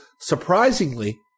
surprisingly